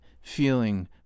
feeling